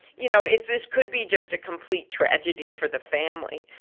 you know, it's this could be just a complete tragedy for the family,